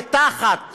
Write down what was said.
מתחת